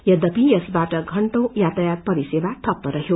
यद्यपि यसबाट घण्टौ यातायात परिसेवा ठप्प रहयो